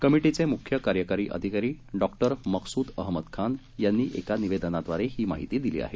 कमिटीचे मुख्य कार्यकारी अधिकारी डॉक्टर मकसूद अहमद खान यांनी एका निवेदनाद्वारे ही माहिती दिली आहे